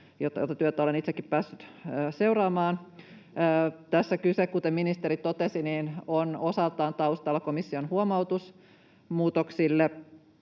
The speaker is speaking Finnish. Sitä työtä olen itsekin päässyt seuraamaan. Muutoksilla on, kuten ministeri totesi, osaltaan taustalla komission huomautus, mutta kuten